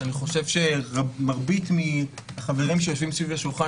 שאני חושב שמרבית מהחברים שיושבים סביב השולחן